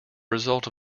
result